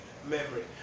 Memory